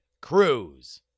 Cruz